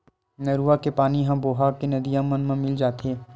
नरूवा के पानी ह बोहा के नदिया मन म मिल जाथे